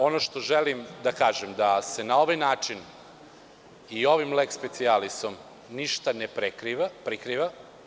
Ono što želim da kažem je da se na ovaj način i ovim leks specijalisom ništa ne prikriva.